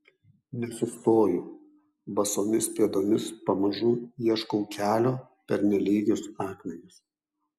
nesustoju basomis pėdomis pamažu ieškau kelio per nelygius akmenis